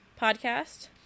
podcast